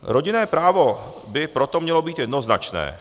Rodinné právo by proto mělo být jednoznačné.